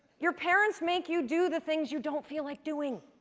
your parents make you do the things you don't feel like doing.